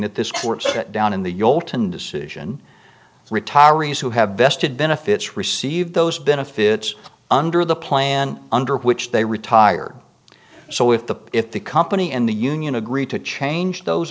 set down in the u alton decision retirees who have vested benefits receive those benefits under the plan under which they retire so if the if the company and the union agree to change those